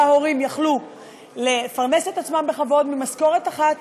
הורים יכלו לפרנס את עצמם בכבוד ממשכורת אחת,